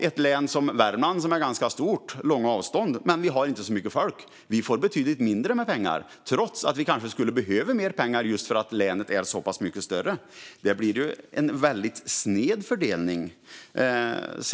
Ett län som Värmland, som är stort med långa avstånd men med liten befolkning, får betydligt mindre pengar trots att vi skulle behöva mer pengar just för att länet är så pass mycket större. Det blir en sned fördelning.